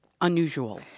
unusual